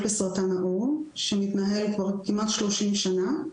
לסרטן העור שמתנהל פה כמעט כ-30 שנים,